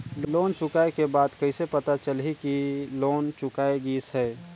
Loan चुकाय के बाद कइसे पता चलही कि लोन चुकाय गिस है?